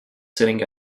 sitting